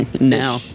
Now